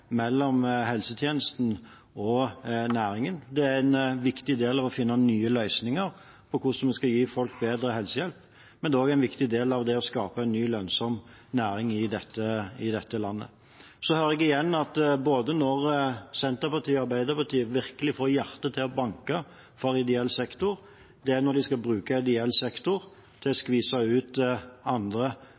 mellom helsetjenesten og næringen. Det er en viktig del av det å finne nye løsninger på hvordan vi skal gi folk bedre helsehjelp, men det er også en viktig del av det å skape en ny, lønnsom næring i dette landet. Igjen hører jeg at det som virkelig får både Senterpartiets og Arbeiderpartiets hjerte til å banke for ideell sektor, er når de skal bruke ideell sektor til å skvise ut andre,